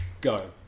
go